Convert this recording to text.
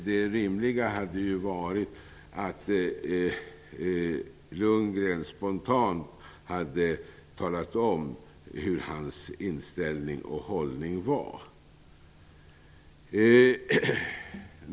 Det rimliga hade ju varit att Lundgren spontant hade talat om vilken hans inställning och hållning var.